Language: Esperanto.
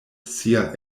sia